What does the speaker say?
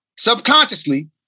subconsciously